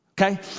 okay